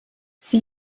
sie